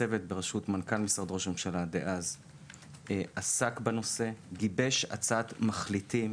צוות בראשות מנכ"ל משרד ראש הממשלה דאז עסק בנושא ויבש הצעת מחליטים.